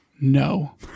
No